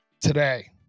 today